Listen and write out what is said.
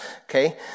okay